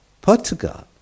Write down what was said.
Portugal